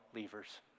Lever's